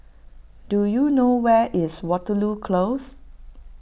do you know where is Waterloo Close